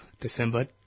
December